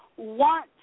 want